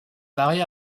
marié